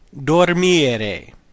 dormire